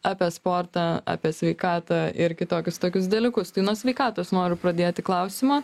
apie sportą apie sveikatą ir kitokius tokius dalykus tai nuo sveikatos noriu pradėti klausimą